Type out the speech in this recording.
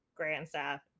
Grandstaff